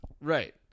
Right